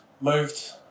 moved